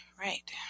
Right